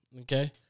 okay